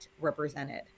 represented